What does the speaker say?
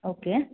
okay